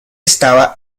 estaba